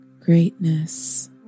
greatness